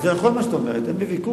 זה נכון, מה שאת אומרת, אין לי ויכוח,